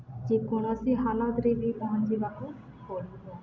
ଯେକୌଣସି ହାଲତରେ ବି ପହଞ୍ଚିବାକୁ ପଡ଼ିବ